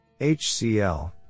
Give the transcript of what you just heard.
HCL